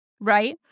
Right